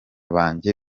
banjye